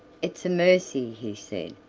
it's a mercy, he said,